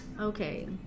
Okay